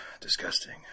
Disgusting